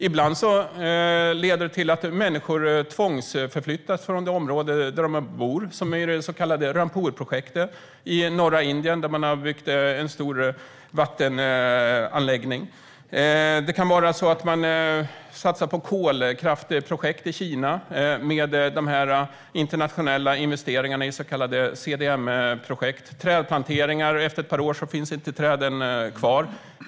Ibland leder de till att människor tvångsförflyttas från de områden där de bor, som i Rampurprojektet i norra Indien, där man har byggt en stor vattenkraftsanläggning. Det kan vara så att man satsar på kolkraftsprojekt i Kina med internationella investeringar i så kallade CDM-projekt. Det kan vara trädplanteringar där träden inte finns kvar efter ett par år.